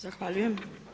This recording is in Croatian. Zahvaljujem.